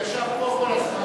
הוא ישב פה כל הזמן.